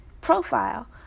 profile